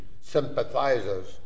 sympathizers